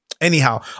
Anyhow